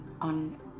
on